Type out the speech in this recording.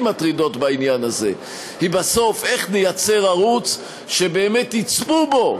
מטרידות בעניין הזה היא בסוף איך נייצר ערוץ שבאמת יצפו בו,